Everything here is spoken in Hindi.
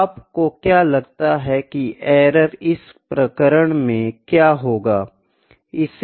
आपको क्या लगता है की एरर इस प्रकरण में क्या होंगे